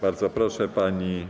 Bardzo proszę, pani